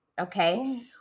Okay